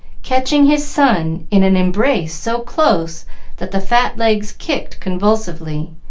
catching his son in an embrace so close that the fat legs kicked convulsively,